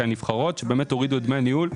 הנבחרות שבאמת הורידו את דמי הניהול.